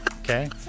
Okay